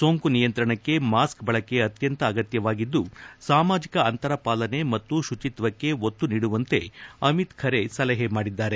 ಸೋಂಕು ನಿಯಂತ್ರಣಕ್ಕೆ ಮಾಸ್ಕ್ ಬಳಕೆ ಅತ್ತಂತ ಅಗತ್ತವಾಗಿದ್ದು ಸಾಮಾಜಿಕ ಅಂತರ ಪಾಲನೆ ಮತ್ತು ಶುಚಿತ್ವಕ್ಷೆ ಒತ್ತು ನೀಡುವಂತೆ ಅಮಿತ್ ಖರೆ ಸಲಹೆ ಮಾಡಿದ್ದಾರೆ